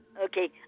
Okay